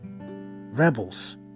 Rebels